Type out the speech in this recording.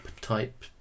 type